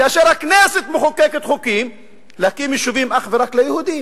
כאשר הכנסת מחוקקת חוקים להקים יישובים אך ורק ליהודים?